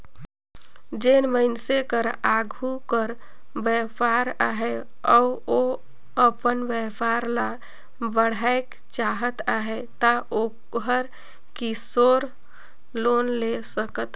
जेन मइनसे कर आघु कर बयपार अहे अउ ओ अपन बयपार ल बढ़ाएक चाहत अहे ता ओहर किसोर लोन ले सकत अहे